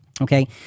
okay